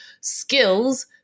skills